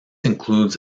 includes